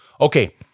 Okay